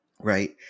right